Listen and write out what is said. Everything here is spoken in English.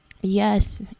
yes